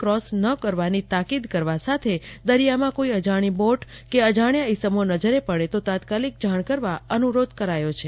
cross ન કરવાની તાકીદ કરવા સાથે દરિયામાં કોઈ અજાણી બોટ કે અજાણ્યા ઈસમો નજરે પડે તો તાત્કાલિક જાણ કરવા અપીલ કરાઈ છે